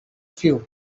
few